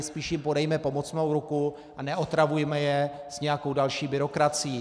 Spíš jim podejme pomocnou ruku a neotravujme je s nějakou další byrokracií.